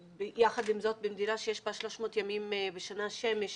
יחד עם זאת, במדינה שיש בה 300 ימים בשנה שמש,